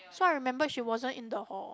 so I remembered she wasn't in the hall